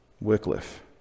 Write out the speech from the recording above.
Wycliffe